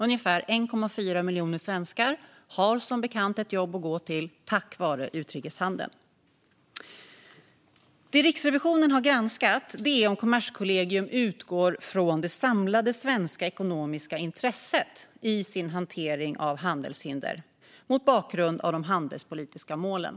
Ungefär 1,4 miljoner svenskar har som bekant ett jobb att gå till tack vare utrikeshandeln. Det Riksrevisionen har granskat är om Kommerskollegium utgår från det samlade svenska ekonomiska intresset i sin hantering av handelshinder mot bakgrund av de handelspolitiska målen.